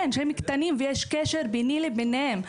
כן, שהם קטנים ויש קשר ביני לבינם.